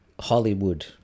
Hollywood